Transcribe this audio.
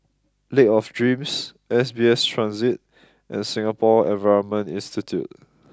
Lake of Dreams S B S Transit and Singapore Environment Institute